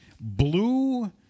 blue